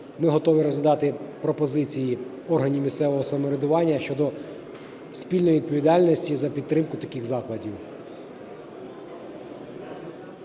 ми готові розглядати пропозиції органів місцевого самоврядування щодо спільної відповідальності за підтримку таких закладів.